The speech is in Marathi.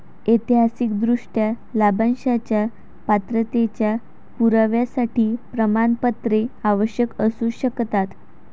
ऐतिहासिकदृष्ट्या, लाभांशाच्या पात्रतेच्या पुराव्यासाठी प्रमाणपत्रे आवश्यक असू शकतात